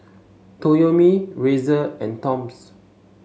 Toyomi Razer and Toms